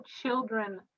children